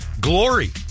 glory